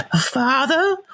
Father